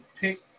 pick